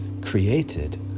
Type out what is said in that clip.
created